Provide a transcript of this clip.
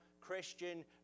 Christian